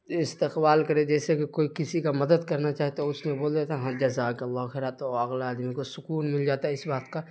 استقبال کرے جیسے کہ کوئی کسی کا مدد کرنا چاہے تو اس میں بول دیتا ہے ہاں جزاک اللہ خیرا تو اگلا آدمی کو سکون مل جاتا ہے اس بات کا